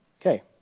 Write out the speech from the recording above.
Okay